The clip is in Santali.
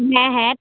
ᱦᱮᱸ ᱦᱮᱸ